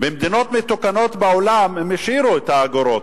במדינות מתוקנות בעולם הם השאירו את האגורות.